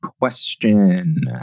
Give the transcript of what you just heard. question